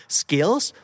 skills